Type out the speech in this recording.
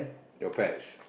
your pets